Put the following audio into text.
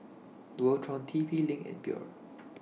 Dualtron T P LINK and Biore